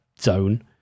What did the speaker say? zone